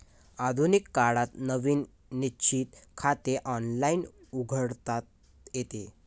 आधुनिक काळात नवीन निश्चित खाते ऑनलाइन उघडता येते